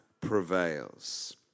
prevails